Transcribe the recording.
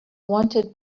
wanted